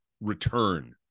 return